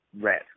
red